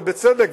ובצדק,